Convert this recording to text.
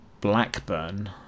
Blackburn